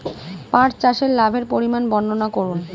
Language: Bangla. পাঠ চাষের লাভের পরিমান বর্ননা করুন?